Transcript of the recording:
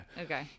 Okay